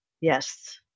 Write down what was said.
Yes